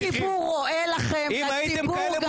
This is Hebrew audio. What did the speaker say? הציבור רואה אתכם, והציבור גם